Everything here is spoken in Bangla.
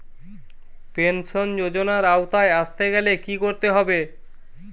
পেনশন যজোনার আওতায় আসতে গেলে কি করতে হবে?